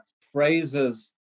phrases